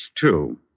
Two